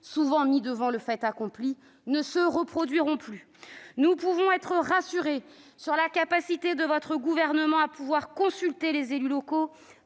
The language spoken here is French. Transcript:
souvent mis devant le fait accompli, ne se reproduiront plus ! Nous sommes donc rassurés quant à la capacité de votre gouvernement à consulter les élus locaux,